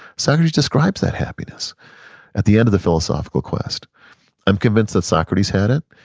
socrates describes that happiness at the end of the philosophical quest i'm convinced that socrates had it,